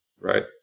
right